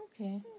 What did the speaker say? Okay